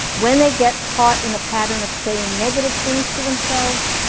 when they get caught in the pattern of saying negative things to themselves.